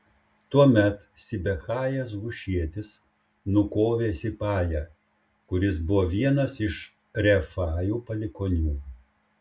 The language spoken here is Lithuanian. tuomet sibechajas hušietis nukovė sipają kuris buvo vienas iš refajų palikuonių